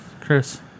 Chris